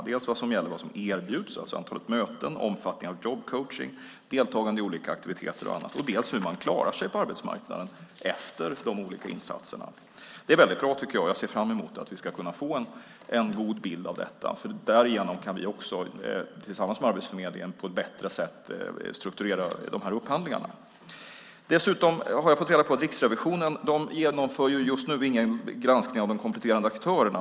Det gäller dels vad som erbjuds i form av antalet möten, omfattning av jobbcoachning, deltagande i olika aktiviteter och annat, dels hur de klarar sig på arbetsmarknaden efter de olika insatserna. Det är väldigt bra. Jag ser fram emot att vi ska kunna få en god bild av detta. Därigenom kan vi också tillsammans med Arbetsförmedlingen på ett bättre sätt strukturera upphandlingarna. Jag har dessutom fått reda på att Riksrevisionen just nu inte genomför någon granskning av de kompletterande aktörerna.